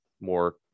more